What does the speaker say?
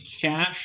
cash